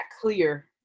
clear